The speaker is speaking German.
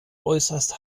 äußerst